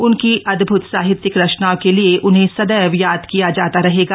उनकी अदभूत साहित्यिक रचनाओं के लिए उन्हें सदैव याद किया जाता रहेगा